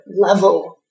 level